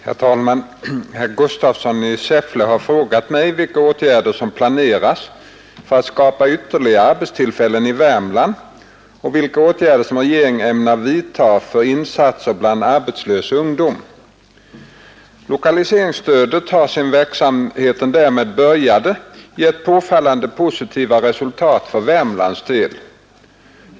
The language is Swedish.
Herr talman! Herr Gustafsson i Säffle har frågat mig vilka åtgärder som planeras för att skapa ytterligare arbetstillfällen i Värmland och vilka åtgärder som regeringen ämnar vidta för insatser bland arbetslös ungdom. Lokaliseringsstödet har sedan verksamheten därmed började gett påfallande positiva resultat för Värmlands del.